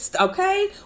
okay